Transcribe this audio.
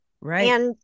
Right